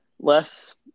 Less